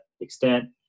extent